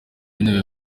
w’intebe